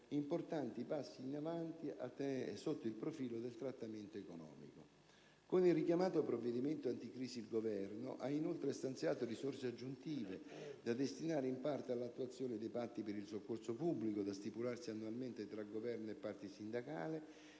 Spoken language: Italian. importanti passi in avanti sotto il profilo del trattamento economico. Con il richiamato provvedimento anticrisi il Governo ha inoltre stanziato risorse aggiuntive, da destinare in parte all'attuazione dei patti per il soccorso pubblico da stipularsi annualmente tra Governo e parti sindacali